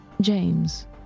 James